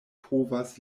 povas